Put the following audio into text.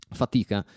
fatica